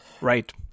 Right